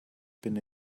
been